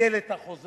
ביטל את החוזה.